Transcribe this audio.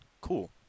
cool